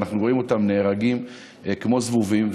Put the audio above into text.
ואנחנו רואים אותם נהרגים כמו זבובים,